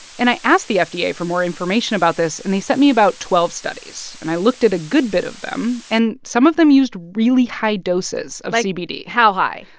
and i asked the fda yeah for more information about this, and they sent me about twelve studies, and i looked at a good bit of them. and some of them used really high doses of cbd like, how high?